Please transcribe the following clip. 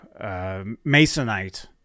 Masonite